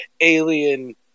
alien